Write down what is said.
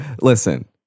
Listen